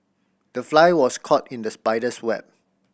the fly was caught in the spider's web